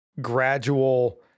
gradual